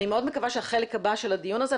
אני מאוד מקווה שהחלק הבא של הדיון הזה,